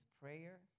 prayer